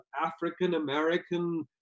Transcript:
African-American